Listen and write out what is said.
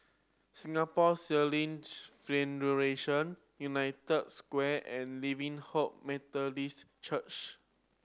Singapore Sailing Federation United Square and Living Hope Methodist Church